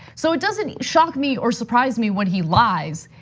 so it doesn't shock me or surprise me when he lies.